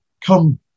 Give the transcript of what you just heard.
come